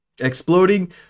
exploding